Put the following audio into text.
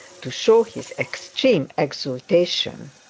to show his extreme exultation.